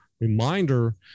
reminder